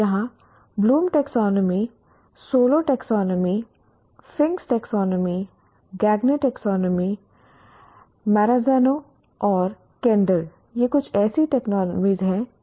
यहां Bloom taxonomy Bloom'staxonomy SOLO taxonomy Fink taxonomy Fink's taxonomy Gagne taxonomy Marzano और Kendall ये कुछ ऐसी टैक्सोनॉमी हैं जो मौजूद हैं